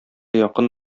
якын